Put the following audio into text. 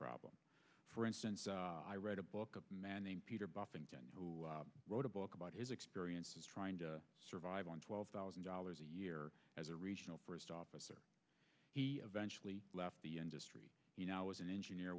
problem for instance i read a book a man named peter buffington who wrote a book about his experiences trying to survive on twelve thousand dollars a year as a regional forest officer he eventually left the industry now as an engineer